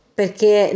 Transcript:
perché